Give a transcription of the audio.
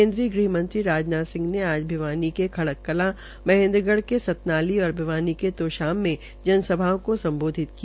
केन्द्रीय गृहमंत्री राजनाथ सिंह ने आज भिवानी के खड़ककलां महेन्द्रगढ़ के सतनाली और भिवानी के तोशाम में जन सभाओं को सम्बोधित किया